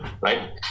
right